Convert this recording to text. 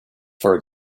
for